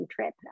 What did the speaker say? trip